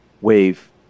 wave